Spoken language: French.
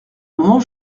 moment